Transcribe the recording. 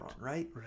Right